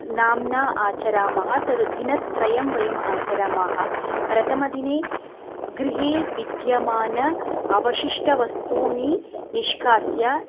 नाम्नः आचरामः तद् दिनत्रयं वयम् आचरामः प्रथमदिने गृहे विद्यमान अवशिष्ट वस्तूनि निष्कास्य